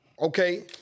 Okay